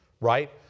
Right